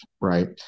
right